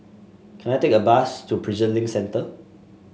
can I take a bus to Prison Link Centre